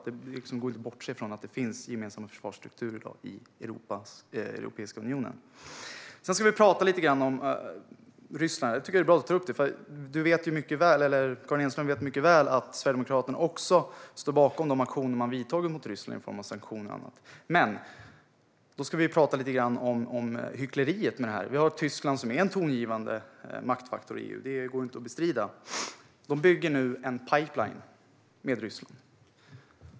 Det går inte att bortse från att det i dag finns gemensamma försvarsstrukturer i Europeiska unionen. Sedan ska vi tala lite grann om Ryssland. Det är bra att du tar upp det. Du vet mycket väl att också Sverigedemokraterna står bakom de aktioner man vidtagit mot Ryssland i form av sanktioner och annat. Men vi ska tala lite grann om hyckleriet med det. Vi har Tyskland som är en tongivande maktfaktor i EU. Det går inte att bestrida. Det byggs nu en pipeline med Ryssland.